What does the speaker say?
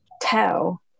tell